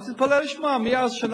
אבל תתפלא לשמוע: מאז,